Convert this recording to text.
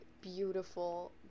beautiful